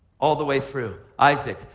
all the way through. isaac.